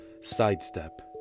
Sidestep